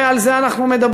הרי על זה אנחנו מדברים.